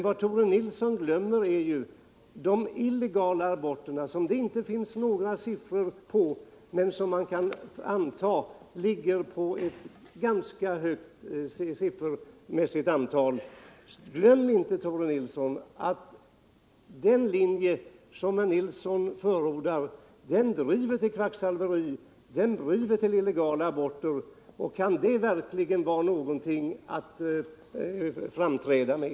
Vad Tore Nilsson glömmer är de illegala aborterna, som det inte finns några siffror på men som man kan anta ligger på ett ganska högt antal. Glöm inte, Tore Nilsson, att den linje ni förordar driver människor till kvacksalveri och illegala aborter! Kan detta verkligen vara någonting att framträda med?